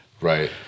Right